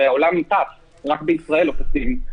הרי העולם טס ורק בישראל לא טסים.